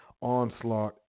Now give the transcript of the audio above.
onslaught